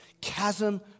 chasm